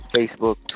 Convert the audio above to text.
Facebook